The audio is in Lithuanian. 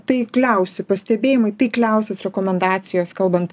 taikliausi pastebėjimai taikliausios rekomendacijos kalbant